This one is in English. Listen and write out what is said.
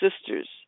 sisters